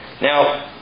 now